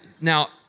now